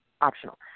optional